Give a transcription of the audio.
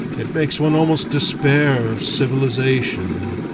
it makes one almost despair of civilization.